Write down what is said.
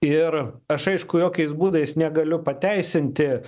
ir aš aišku jokiais būdais negaliu pateisinti